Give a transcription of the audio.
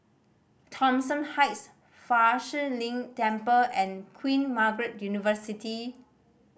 Thomson Heights Fa Shi Lin Temple and Queen Margaret University